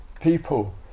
people